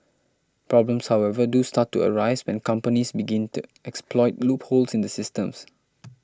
problems however do start to arise when companies begin to exploit loopholes in the system